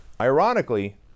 Ironically